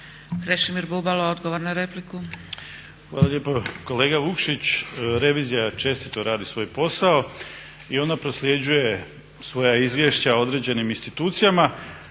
repliku. **Bubalo, Krešimir (HDSSB)** Hvala lijepo. Kolega Vukšić, revizija čestito radi svoj posao i ona prosljeđuje svoje izvješća određenim institucijama